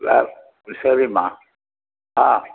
வே சரிம்மா ஆ